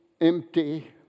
empty